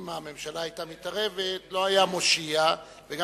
אם הממשלה היתה מתערבת לא היה מושיע וגם